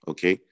Okay